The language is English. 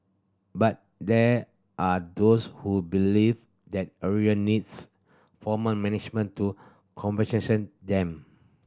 but there are those who believe that area needs formal management to them